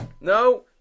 No